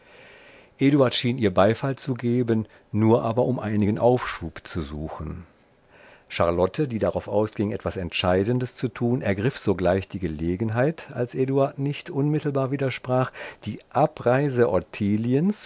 schien ihr beifall zu geben nur aber um einigen aufschub zu suchen charlotte die darauf ausging etwas entscheidendes zu tun ergriff sogleich die gelegenheit als eduard nicht unmittelbar widersprach die abreise